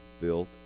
built